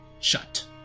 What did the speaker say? shut